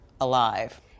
alive